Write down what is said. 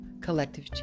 collective